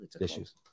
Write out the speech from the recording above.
issues